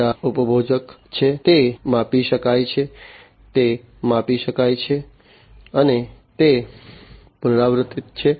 આ ડેટા ઉપભોજ્ય છે તે માપી શકાય છે તે માપી શકાય છે અને તે પુનરાવર્તિત છે